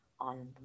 on